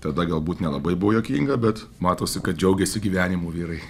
tada galbūt nelabai buvo juokinga bet matosi kad džiaugiasi gyvenimu vyrai